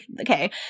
okay